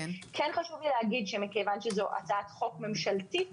כן חשוב לי להגיד שמכיוון שזו הצעת חוק ממשלתית,